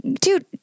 dude